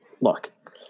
Look